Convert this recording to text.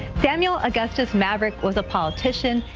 samuel augustus maverick was a politician,